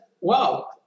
wow